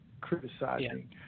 criticizing